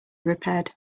repaired